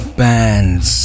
bands